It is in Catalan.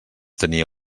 tenia